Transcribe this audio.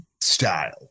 style